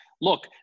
look